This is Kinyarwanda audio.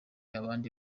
abandi